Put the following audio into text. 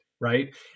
Right